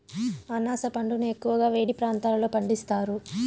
అనాస పండును ఎక్కువగా వేడి ప్రాంతాలలో పండిస్తారు